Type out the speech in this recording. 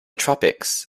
tropics